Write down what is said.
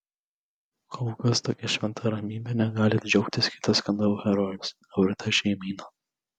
kol kas tokia šventa ramybe negali džiaugtis kitas skandalo herojus lrt šeimyna